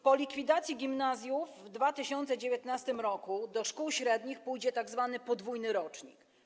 Po likwidacji gimnazjów w 2019 r. do szkół średnich pójdzie tzw. podwójny rocznik.